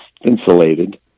insulated